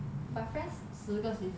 but friends 十个 season ah